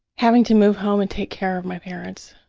having to move home and take care of my parents.